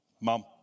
Mum